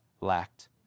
lacked